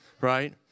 right